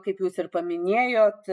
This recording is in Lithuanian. kaip jūs ir paminėjot